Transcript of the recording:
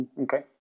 Okay